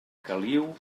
caliu